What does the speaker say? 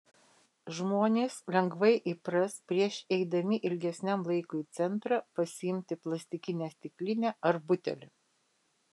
žmonės lengvai įpras prieš eidami ilgesniam laikui į centrą pasiimti plastikinę stiklinę ar butelį